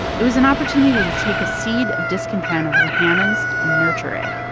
it was an opportunity to take a seed of discontent over the hammonds and nurture it.